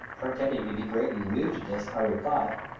pretending to be greatly amused at this, i reply,